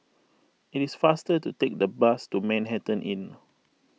it is faster to take the bus to Manhattan Inn